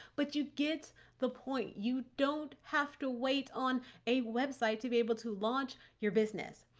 but you get the point. you don't have to wait on a website to be able to launch your business.